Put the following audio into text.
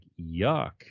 yuck